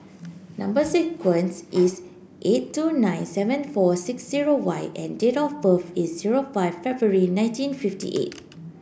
number sequence is S eight two nine seven four six zero Y and date of birth is zero five February nineteen fifty eight